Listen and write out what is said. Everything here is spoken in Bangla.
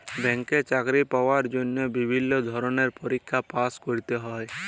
ব্যাংকে চাকরি পাওয়ার জন্হে বিভিল্য ধরলের পরীক্ষায় পাস্ ক্যরতে হ্যয়